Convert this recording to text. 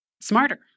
smarter